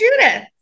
Judith